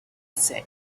said